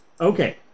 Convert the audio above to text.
Okay